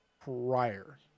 prior